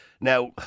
Now